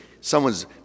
someone's